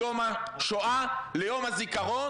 הגיוני שהביקורת הזו תישמע,